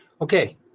Okay